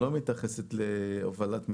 ולא מתייחסת להובלת מטענים.